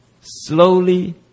slowly